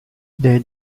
they